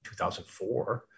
2004